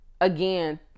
again